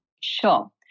Sure